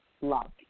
love